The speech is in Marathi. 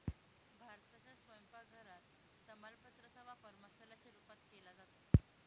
भारताच्या स्वयंपाक घरात तमालपत्रा चा वापर मसाल्याच्या रूपात केला जातो